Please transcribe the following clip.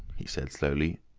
he said slowly,